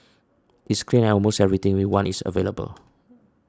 it's clean and almost everything we want is available